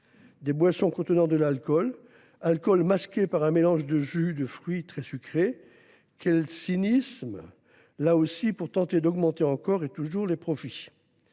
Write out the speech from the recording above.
boissons contenant de l’alcool masqué par un mélange de jus de fruits très sucré. Quel cynisme, là aussi, pour tenter d’augmenter encore et toujours les profits !